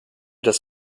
das